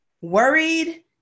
worried